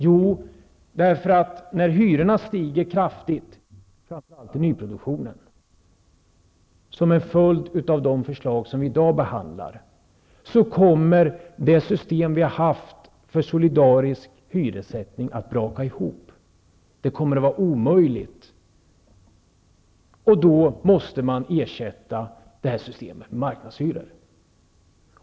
Jo, när hyrorna stiger kraftigt, framför allt i nyproduktionen, som en följd av de förslag som vi i dag behandlar, kommer det system som vi har haft för solidarisk hyressättning att braka ihop. Det kommer att vara omöjligt. Då måste man ersätta det systemet med marknadshyror.